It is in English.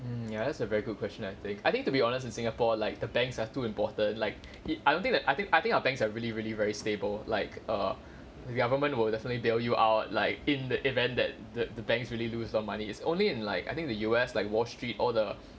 um ya it's a very good question I think I think to be honest in singapore like the banks are too important like it I don't think that I think I think our banks are really really very stable like err the government will definitely bail you out like in the event that the the banks really lose all money it's only in like I think the U_S like wall street all the